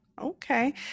Okay